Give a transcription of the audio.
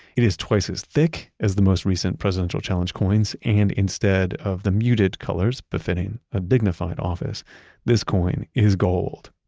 it is twice as thick as the most recent presidential challenge coins and instead of the muted colors befitting a dignified office this coin is gold.